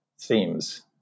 themes